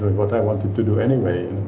what i wanted to do anyway